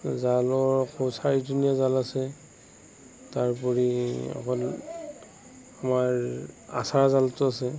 জালৰ আকৌ চাৰিকোণীয়া জাল আছে তাৰোপৰি অকল আমাৰ আচাৰা জালটো আছে